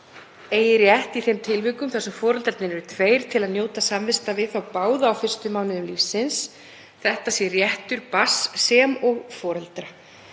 eigi rétt í þeim tilvikum þar sem foreldrarnir eru tveir til að njóta samvista við báða á fyrstu mánuðum lífsins. Þetta er réttur barns sem og foreldra